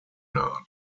naht